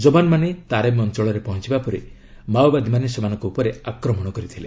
ଯବାନମାନେ ତାରେମ ଅଞ୍ଚଳରେ ପହଞ୍ଚିବା ପରେ ମାଓବାଦୀମାନେ ସେମାନଙ୍କ ଉପରେ ଆକ୍ରମଣ କରିଥିଲେ